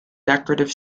decorative